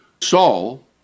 Saul